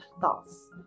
thoughts